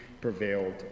prevailed